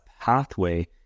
pathway